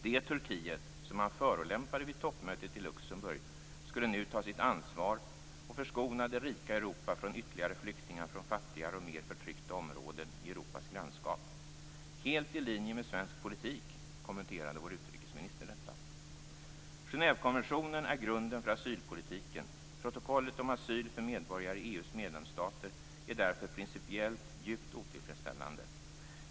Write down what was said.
Det Turkiet som man förolämpade vid toppmötet i Luxemburg skulle nu ta sitt ansvar och förskona det rika Europa från ytterligare flyktingar från fattigare och mer förtryckta områden i Europas grannskap. Helt i linje med svensk politik, kommenterade vår utrikesminister detta. Genèvekonventionen är grunden för asylpolitiken. Protokollet om asyl för medborgare i EU:s medlemsstater är därför principiellt djupt otillfredsställande.